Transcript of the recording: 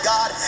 God